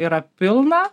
yra pilna